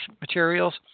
materials